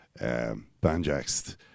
banjaxed